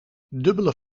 dubbele